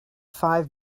five